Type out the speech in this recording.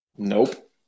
Nope